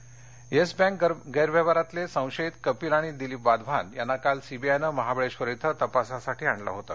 Wadhawan Satara Yes Bank गेरव्यवहारातले संशयित कपिल आणि दिलीप वाधवान यांना काल सीबीआयनं महाबळेश्वर इथं तपासासाठी आणलं होतं